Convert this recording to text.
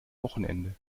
wochenende